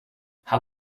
how